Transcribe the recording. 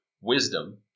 wisdom